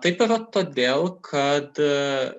taip yra todėl kad